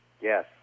Yes